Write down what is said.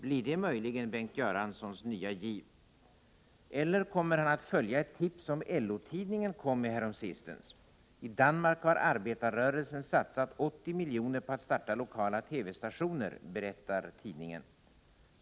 Blir det möjligen Bengt Göranssons nya giv, eller kommer han att följa ett tips som LO-tidningen kom med häromsistens? I Danmark har I arbetarrörelsen satsat 80 miljoner på att starta lokala TV-stationer, berättar tidningen.